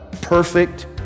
perfect